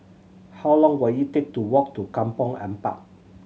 how long will it take to walk to Kampong Ampat